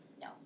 No